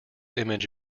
image